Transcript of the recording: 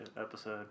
episode